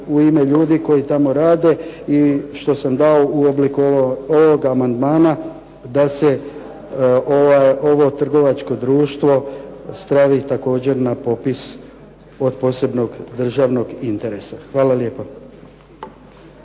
u ime ljudi koji tamo rade i što sam dao u obliku ovoga amandmana, da se ovo trgovačko društvo stavi također na popis od posebnog državnog interesa. Hvala lijepa.